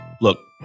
Look